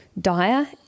Dire